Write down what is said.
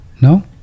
no